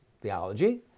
theology